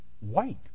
white